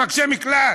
מקלט.